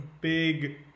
big